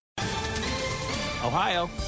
Ohio